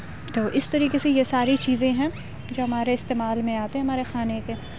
تو اِس طریقے سے یہ ساری چیزیں ہیں جو ہمارے استعمال میں آتے ہیں ہمارے کھانے کے